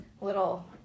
little